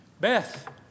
Beth